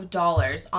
dollars